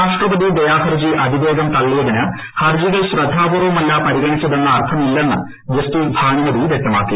രാഷ്ട്രപതി ദയാഹർജി അതിവേഗം തള്ളിയതിന് ഹർജികൾ ശ്രദ്ധാപൂർവ്വമല്ല പരിഗണിച്ചതെന്ന അർത്ഥമില്ലെന്ന് ജസ്റ്റിസ് ഭാനുമതി വ്യക്തമാക്കി